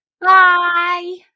Bye